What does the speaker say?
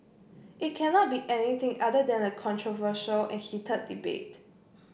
it cannot be anything other than a controversial and heated debate